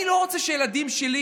אני לא רוצה שהילדים שלי,